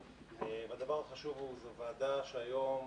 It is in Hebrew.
הדבר החשוב הוא שזאת ועדה שהיום